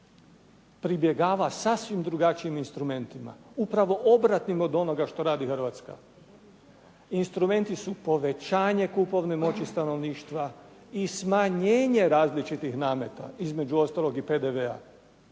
pribjegava sasvim drugačijim instrumentima upravo obratnim od onoga što radi Hrvatska. Instrumenti su povećanje kupovne moći stanovništva i smanjenje različitih nameta, između ostaloga i PDV-a.